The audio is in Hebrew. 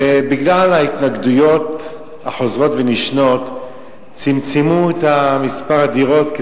ובגלל ההתנגדויות החוזרות ונשנות צמצמו את מספר הדירות,